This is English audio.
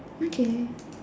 okay